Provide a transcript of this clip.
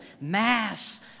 mass